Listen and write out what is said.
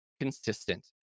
consistent